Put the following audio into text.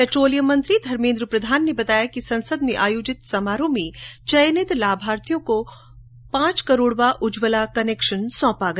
petroleum मंत्री धर्मेन्द्र प्रधान ने बताया कि संसद में आयोजित समारोह में चयनित लाभार्थी को पांच करोड़वां उज्ज्वला कनेक्शन सौंपा गया